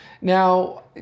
Now